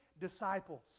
disciples